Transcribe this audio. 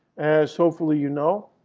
as hopefully you know.